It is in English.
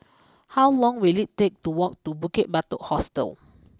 how long will it take to walk to Bukit Batok Hostel